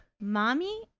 mommy